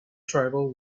tribal